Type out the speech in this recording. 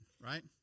right